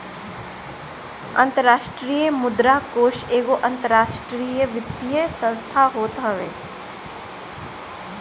अंतरराष्ट्रीय मुद्रा कोष एगो अंतरराष्ट्रीय वित्तीय संस्थान होत हवे